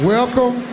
Welcome